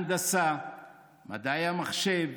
הנדסה ומדעי המחשב